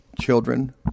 children